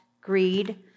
greed